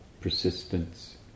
persistence